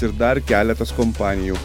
ir dar keletas kompanijų